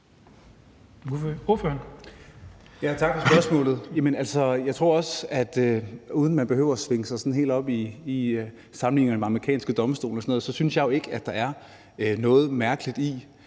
Tak for spørgsmålet. Jeg synes jo ikke – uden at man behøver at svinge sig helt op i sammenligninger med amerikanske domstole og sådan noget – at der er noget mærkeligt i,